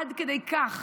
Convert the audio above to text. עד כדי כך